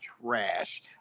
trash